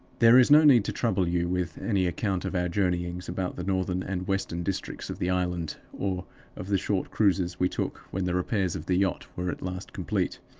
there is no need to trouble you with any account of our journeyings about the northern and western districts of the island, or of the short cruises we took when the repairs of the yacht were at last complete.